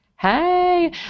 Hey